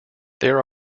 there